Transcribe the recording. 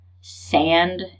sand